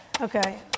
Okay